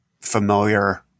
familiar